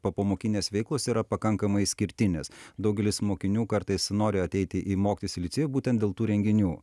popamokinės veiklos yra pakankamai išskirtinės daugelis mokinių kartais nori ateiti į mokytis į licėjų būtent dėl tų renginių